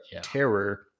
terror